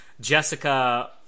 Jessica